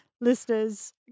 listeners